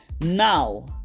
Now